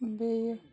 بیٚیہِ